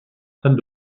salle